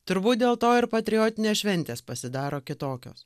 turbūt dėl to ir patriotinės šventės pasidaro kitokios